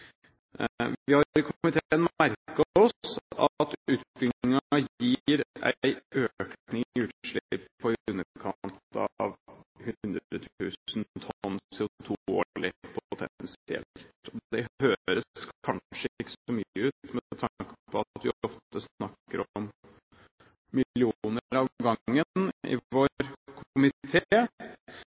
Vi har i komiteen merket oss at utbyggingen gir en økning i utslipp på i underkant av 100 000 tonn CO2 årlig potensielt. Det høres kanskje ikke så mye ut med tanke på at vi ofte snakker om